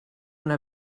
una